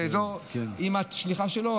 ואם את שליחה שלו,